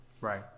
Right